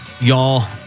y'all